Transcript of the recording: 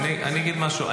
אני אגיד משהו,